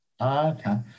Okay